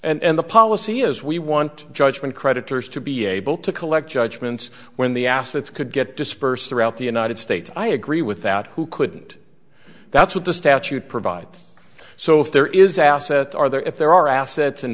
out and the policy is we want judgment creditors to be able to collect judgments when the assets could get dispersed throughout the united states i agree with that who couldn't that's what the statute provides so if there is assets are there if there are assets and